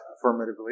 affirmatively